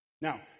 Now